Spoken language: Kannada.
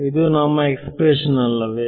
ಇದು ನಮ್ಮ ಎಕ್ಸ್ಪ್ರೆಶನ್ ಅಲ್ಲವೇ